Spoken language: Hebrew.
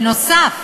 בנוסף,